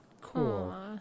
cool